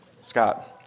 Scott